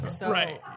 Right